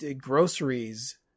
Groceries